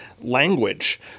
language